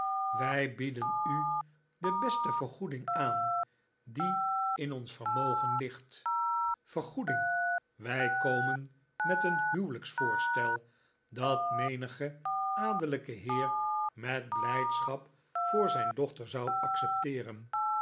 wij bieden u ralph houdt een pleidooi de beste vergoeding aan die in ons vermogen ligt vergoeding wij komen met een huwelijksvoorstel dat menige adellijke heer met blijdschap voor zijn dochter zou accepteeren